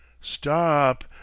Stop